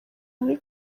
muri